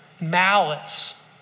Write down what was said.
malice